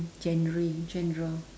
genre genre